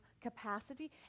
capacity